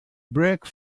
brake